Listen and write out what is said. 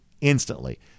instantly